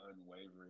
unwavering